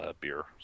beer